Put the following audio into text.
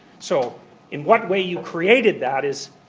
so in what way you created that is,